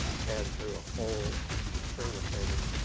pad through a whole string of things.